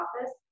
office